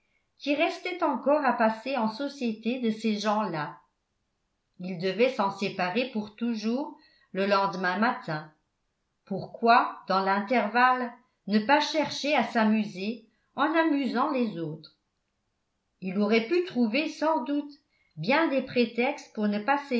qui restait encore à passer en société de ces gens-là il devait s'en séparer pour toujours le lendemain matin pourquoi dans l'intervalle ne pas chercher à s'amuser en amusant les autres il aurait pu trouver sans doute bien des prétextes pour ne pas